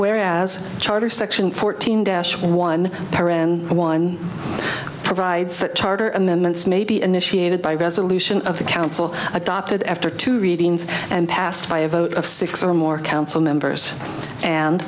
where as charter section fourteen dash one one provides charter and then months may be initiated by resolution of the council adopted after two readings and passed by a vote of six or more council members and